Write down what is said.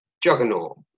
Juggernaut